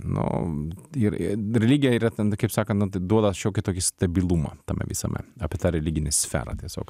nu ir religija yra ten kaip sakant duoda šiokį tokį stabilumą tame visame apie tą religinį sferą tiesiog